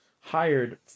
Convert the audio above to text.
hired